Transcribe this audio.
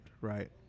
right